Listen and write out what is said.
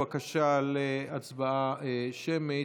בקשה להצבעה שמית,